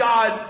God